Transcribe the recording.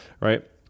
right